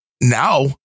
now